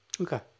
Okay